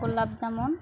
গোলাপ জামুন